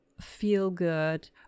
feel-good